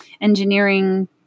engineering